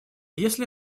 если